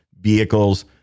vehicles